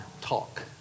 talk